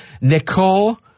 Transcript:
Nicole